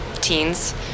teens